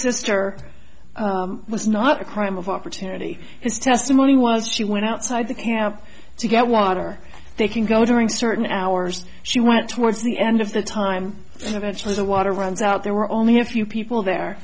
sister was not a crime of opportunity his testimony was she went outside the camp to get water they can go during certain hours she went towards the end of the time and eventually the water runs out there were only a few people there